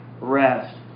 rest